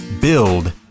build